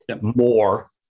more